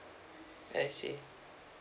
I see